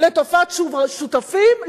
לטובת שותפים,